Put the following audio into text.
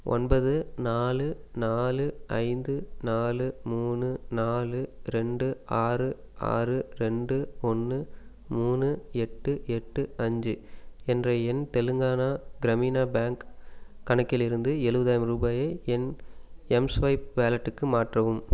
ஒன்பது நாலு நாலு ஐந்து நாலு மூணு நாலு ரெண்டு ஆறு ஆறு ரெண்டு ஒன்று மூணு எட்டு எட்டு அஞ்சு என்ற என் தெலுங்கானா கிரமினா பேங்க் கணக்கிலிருந்து எழுவதாயிரம் ரூபாயை என் எம்ஸ்வைப் வேலெட்டுக்கு மாற்றவும்